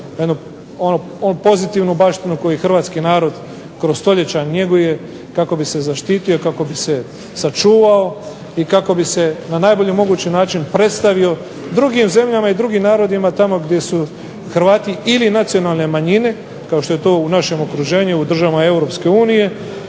onu pozitivnu baštinu koju hrvatski narod kroz stoljeća njeguje kako bi se zaštitio kako bi se sačuvao i kako bi se na najbolji mogući način predstavio drugim zemljama i drugim narodima tamo gdje su Hrvati ili nacionalne manjine, kao što je to u našem okruženju u državama EU ili